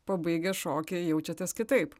pabaigę šokį jaučiatės kitaip